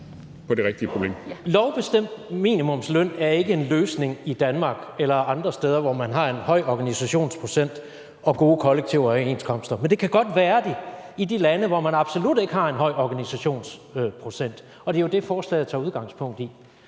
Lovbestemt minimumsløn er ikke en løsning i Danmark eller andre steder, hvor man har en høj organisationsprocent og gode kollektive overenskomster. Men det kan godt være det i de lande, hvor man absolut ikke har en høj organisationsprocent, og det er jo det, forslaget tager udgangspunkt i.